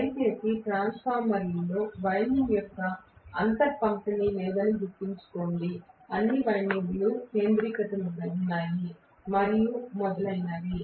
దయచేసి ట్రాన్స్ఫార్మర్లో వైండింగ్ యొక్క అంతర్పంపిణీ లేదని గుర్తుంచుకోండి అన్ని వైండింగ్లు కేంద్రీకృతమై ఉన్నాయి మరియు మొదలగునవి